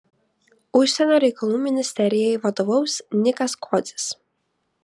užsienio reikalų ministerijai vadovaus nikas kodzis